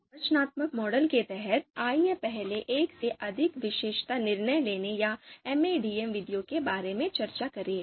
संरचनात्मक मॉडल के तहत आइए पहले एक से अधिक विशेषता निर्णय लेने या एमएडीएम विधियों के बारे में चर्चा करें